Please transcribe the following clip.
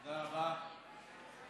תודה רבה.